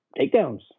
takedowns